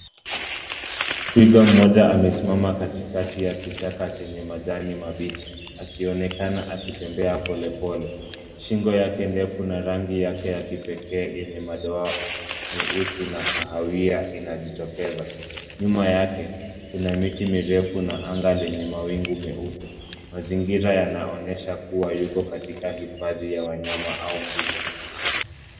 Twiga mmoja amesimama katikati ya kichaka chenye majani mabichi akionekana akitembea polepole. Shingo yake ndefu na rangi yake ya kipekee yenye madoa meusi na kahawia inajitokeza. Nyuma yake kuna miti mirefu na anga lenye mawingu meupe. Mazingira yanaonyesha kuwa yuko katika hifadhi ya wanyama au mbuga.